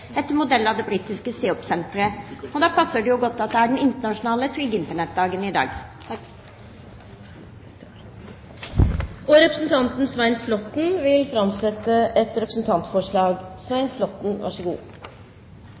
etter modell av det britiske CEOP-senteret. Da passer det jo godt at det er den internasjonale Sikker internettdag i dag. Representanten Svein Flåtten vil framsette et representantforslag.